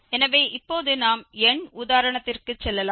எனவே இப்போது நாம் எண் உதாரணத்திற்கு செல்லலாம்